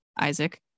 Isaac